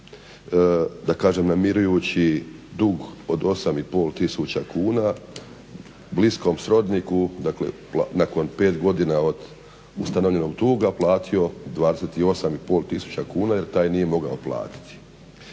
sam namirujući dug od 8,5 tisuća kuna bliskom srodniku, dakle nakon 5 godina od ustanovljenog duga platio 28,5 tisuća kuna jer taj nije mogao platiti.